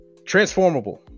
Transformable